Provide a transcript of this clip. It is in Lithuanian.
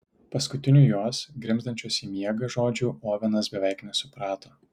paskutinių jos grimztančios į miegą žodžių ovenas beveik nesuprato